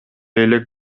элек